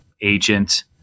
agent